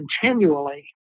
continually